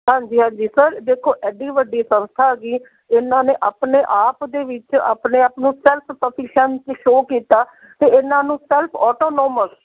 ਹਾਂਜੀ ਹਾਂਜੀ ਸਰ ਦੇਖੋ ਐਡੀ ਵੱਡੀ ਸੰਸਥਾ ਹੈਗੀ ਇਹਨਾਂ ਨੇ ਆਪਣੇ ਆਪ ਦੇ ਵਿੱਚ ਆਪਣੇ ਆਪ ਨੂੰ ਸੈਲਫ ਸਫੀਸ਼ੀਐਂਸੀ ਸ਼ੋਅ ਕੀਤਾ ਅਤੇ ਇਹਨਾਂ ਨੂੰ ਸੈਲਫ ਅੋਟੋਨੋਮਸ